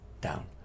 down